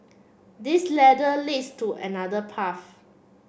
this ladder leads to another path